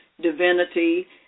divinity